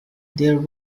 there